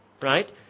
right